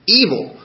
evil